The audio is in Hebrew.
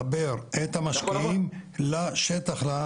מחבר את המשקיעים לשטח,